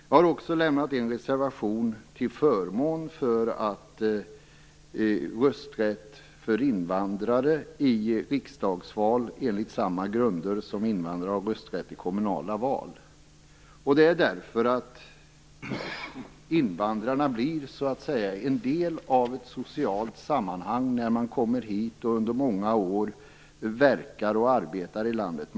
Jag har lämnat en reservation till förmån för rösträtt för invandrare i riksdagsval på samma grunder som invandrare har rösträtt i kommunala val. Det har jag gjort därför att invandrarna blir en del av ett socialt sammanhang när de kommer hit, och under många år verkar och arbetar i landet.